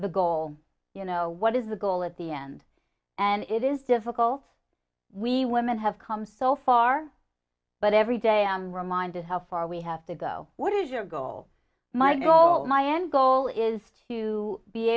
the goal you know what is the goal at the end and it is difficult we women have come so far but every day i am reminded how far we have to go what is your goal my goal my end goal is to be